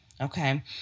Okay